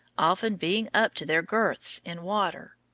often being up to their girths in water.